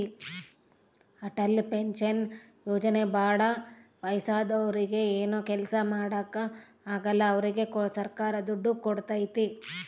Atal pension ಯೋಜನೆ ಭಾಳ ವಯಸ್ಸಾದೂರಿಗೆ ಏನು ಕೆಲ್ಸ ಮಾಡಾಕ ಆಗಲ್ಲ ಅವ್ರಿಗೆ ಸರ್ಕಾರ ದುಡ್ಡು ಕೋಡ್ತೈತಿ